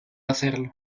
hacerlo